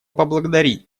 поблагодарить